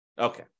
Okay